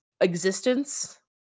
existence